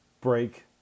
break